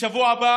בשבוע הבא